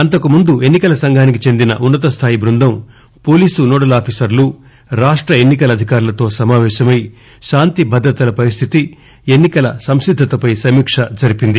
అంతకుముందు ఎన్పి కల సంఘానికి చెందిన ఉన్నతస్థాయి బృందం పోలీస్ నోడల్ ఆఫీసర్లు రాష్ట ఎన్నికల అధికారులతో సమావేశమై శాంతిభద్రతల పరిస్లితి ఎన్ని కల సంసిద్దతపై సమీకక జరిపింది